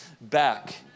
back